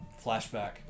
flashback